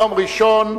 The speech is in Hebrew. יום ראשון,